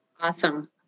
Awesome